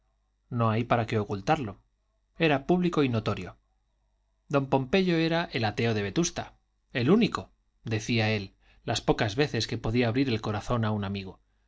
no hay para qué ocultarlo era público y notorio don pompeyo era el ateo de vetusta el único decía él las pocas veces que podía abrir el corazón a un amigo